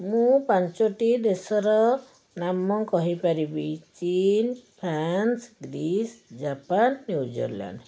ମୁଁ ପାଞ୍ଚଟି ଦେଶର ନାମ କହିପାରିବି ଚିନ୍ ଫ୍ରାନ୍ସ ଗ୍ରିସ୍ ଜାପାନ ନିଉଜଲାଣ୍ଡ